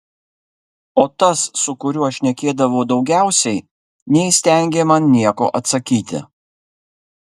o tas su kuriuo šnekėdavau daugiausiai neįstengė man nieko atsakyti